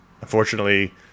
unfortunately